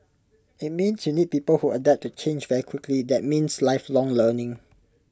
IT means you need people who adapt to change very quickly that means lifelong learning